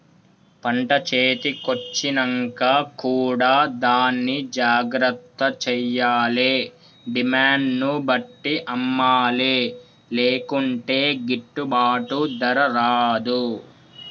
పంట చేతి కొచ్చినంక కూడా దాన్ని జాగ్రత్త చేయాలే డిమాండ్ ను బట్టి అమ్మలే లేకుంటే గిట్టుబాటు ధర రాదు